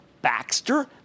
Baxter